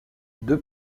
deux